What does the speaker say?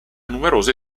numerose